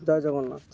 Jay Jagannath